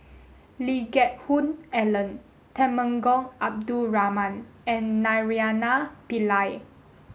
Lee Geck Hoon Ellen Temenggong Abdul Rahman and Naraina Pillai